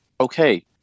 okay